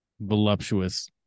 voluptuous